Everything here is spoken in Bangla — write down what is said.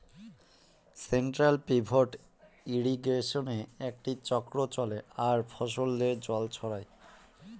সেন্ট্রাল পিভট ইর্রিগেশনে একটি চক্র চলে আর ফসলে জল ছড়ায়